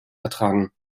ertragen